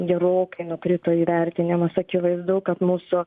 gerokai nukrito įvertinimas akivaizdu kad mūsų